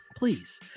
Please